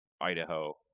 Idaho